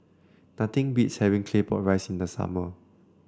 nothing beats having Claypot Rice in the summer